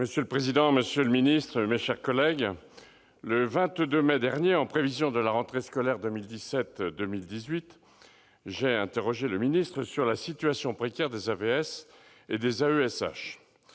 Monsieur le président, monsieur le secrétaire d'État, mes chers collègues, le 22 mai dernier, en prévision de la rentrée scolaire 2017-2018, j'ai interrogé le Gouvernement sur la situation précaire des AVS et des AESH.